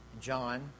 John